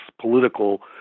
political